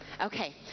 Okay